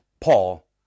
Paul